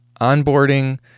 onboarding